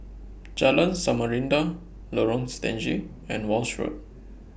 Jalan Samarinda Lorong Stangee and Walshe Road